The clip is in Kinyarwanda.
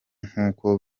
nkuko